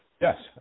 Yes